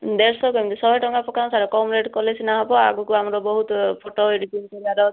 ଦେଢ଼ଶହ କେମିତି ଶହେ ଟଙ୍କା ପକାନ୍ତୁ ସାର୍ କମ୍ ରେଟ୍ କଲେ ସିନା ହେବ ଆଗକୁ ଆମର ବହୁତ ଫଟୋ ଏଡିଟିଂ କରିବାର ଅଛି